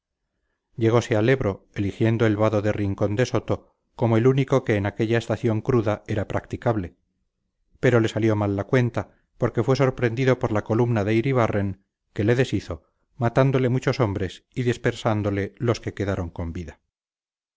llegose al ebro eligiendo el vado de rincón de soto como el único que en aquella estación cruda era practicable pero le salió mal la cuenta porque fue sorprendido por la columna de iribarren que le deshizo matándole muchos hombres y dispersándole los que quedaron con vida